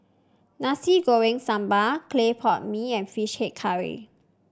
Nasi Goreng Sambal Clay Pot Mee and fish head curry